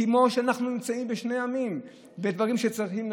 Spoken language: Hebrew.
כאילו שאנחנו נמצאים בשני עמים בדברים שצריכים לעשות.